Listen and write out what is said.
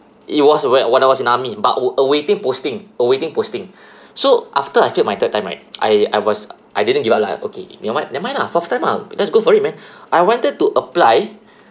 it was awa~ when I was in army but wa~ awaiting posting awaiting posting so after I failed my third time right I I was I didn't give up lah okay never mind never mind lah fourth time ah just go for it man I wanted to apply